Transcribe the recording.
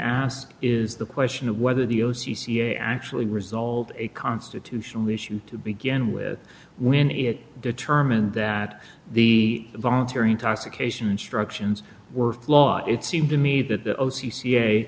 ask is the question of whether the o c c actually result a constitutional issue to begin with when it determined that the voluntary intoxication instructions were flawed it seemed to me that the o c c